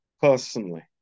personally